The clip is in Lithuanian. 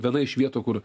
viena iš vietų kur